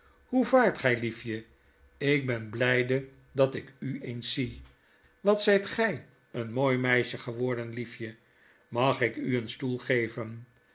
hoe vaart gij liefje ik ben blyde dat ik u eens zie wat zyt gy een mooi meisje geworden liefje mag ik u een stoel geven